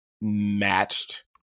matched